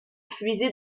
puiser